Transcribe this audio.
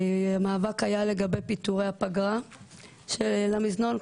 המאבק היה לגבי פיטורי הפגרה של עובדי המזנון.